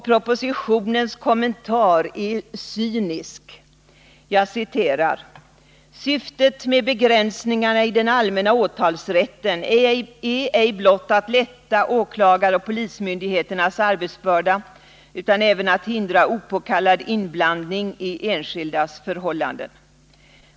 Propositionens kommentar är cynisk: ”Syftet med begränsningarna i den allmänna åtalsrätten är ej blott att lätta åklagaroch polismyndigheternas arbetsbörda utan även att hindra opåkallad inblandning i enskildas förhållanden.